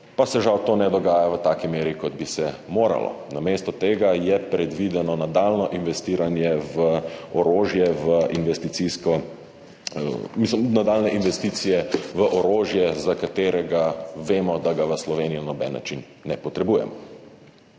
pa se žal to ne dogaja v taki meri, kot bi se moralo. Namesto tega je predvideno nadaljnje investiranje v orožje, nadaljnje investicije v orožje, za katero vemo, da ga v Sloveniji na noben način ne potrebujemo,